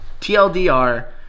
TLDR